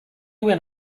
went